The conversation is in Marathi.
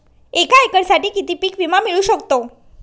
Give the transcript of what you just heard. एका एकरसाठी किती पीक विमा मिळू शकतो?